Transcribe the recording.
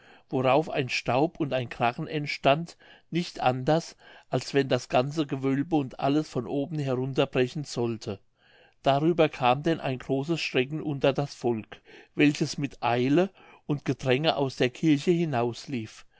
worauf ein staub und ein krachen entstand nicht anders als wenn das ganze gewölbe und alles von oben herunterbrechen sollte darüber kam denn ein großes schrecken unter das volk welches mit eile und gedränge aus der kirche